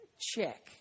Check